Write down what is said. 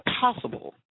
possible